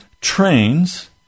trains